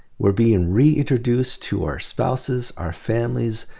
we're being reintroduced to our spouses, our families,